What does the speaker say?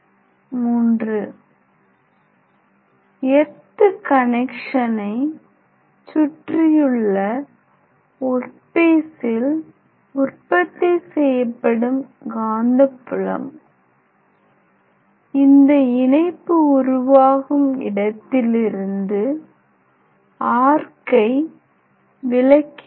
iii earth கனெக்சனை சுற்றியுள்ள work பீசில் உற்பத்தி செய்யப்படும் காந்தப்புலம் இந்த இணைப்பு உருவாகும் இடத்திலிருந்து ஆர்க்கை விலக்கி வைக்கும்